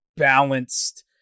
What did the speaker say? balanced